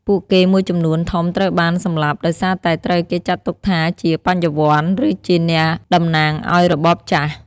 ពួកគេមួយចំនួនធំត្រូវបាន សម្លាប់ ដោយសារតែត្រូវគេចាត់ទុកថាជា "បញ្ញវន្ត" ឬជាអ្នកតំណាងឱ្យរបបចាស់។